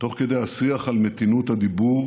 תוך כדי השיח על מתינות הדיבור